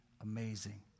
amazing